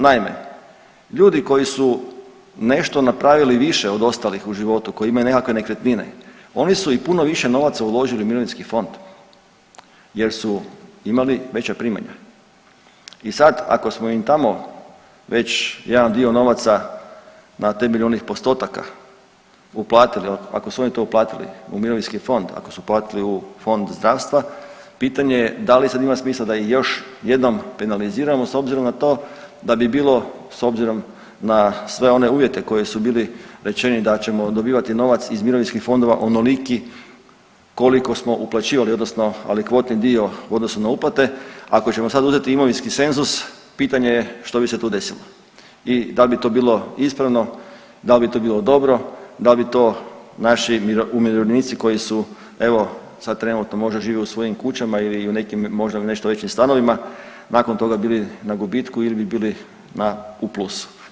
Naime, ljudi koji su nešto napravili više od ostalih u životu, koji imaju nekakve nekretnine, oni su i puno više novaca uložili u mirovinski fond jer su imali veća primanja i sad ako smo im tamo već jedan dio novaca na temelju onih postotaka uplatili, ako su oni to uplatili u mirovinski fond, ako su uplatili u fond zdravstva, pitanje je da li sad ima smisla da ih još jednom penaliziramo s obzirom na to da bi bilo s obzirom na sve one uvjete koji su bili rečeni da ćemo dobivati novac iz mirovinskih fondova onoliki koliko smo uplaćivali odnosno alikvotni dio u odnosu na uplatu ako ćemo sad uzeti imovinski senzus pitanje je što bi se tu desilo i dal bi to bilo ispravno, dal bi to bilo dobro, dal bi to naši umirovljenici koji su evo sad trenutno možda žive u svojim kućama ili u nekim, možda nešto većim stanovima, nakon toga bili na gubitku ili bi bili na, u plusu.